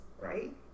right